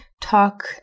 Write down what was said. talk